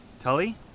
Tully